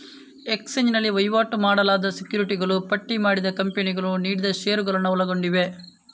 exchange ನಲ್ಲಿ ವಹಿವಾಟು ಮಾಡಲಾದ ಸೆಕ್ಯುರಿಟಿಗಳು ಪಟ್ಟಿ ಮಾಡಿದ ಕಂಪನಿಗಳು ನೀಡಿದ ಷೇರುಗಳನ್ನು ಒಳಗೊಂಡಿವೆ